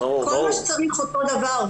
כל מה שצריך אותו דבר,